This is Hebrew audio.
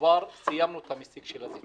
כבר סיימנו את המסיק את הזיתים.